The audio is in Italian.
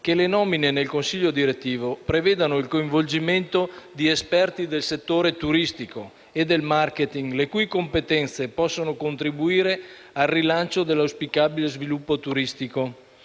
che le nomine nel consiglio direttivo prevedano il coinvolgimento di esperti del settore turistico e del *marketing*, le cui competenze possono contribuire al rilancio dell'auspicabile sviluppo turistico